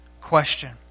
question